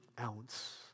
ounce